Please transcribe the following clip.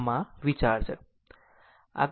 આમ આ વિચાર છે